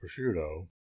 prosciutto